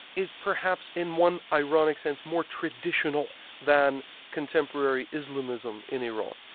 is perhaps in one ironic sense more traditional than contemporary islamism in iran.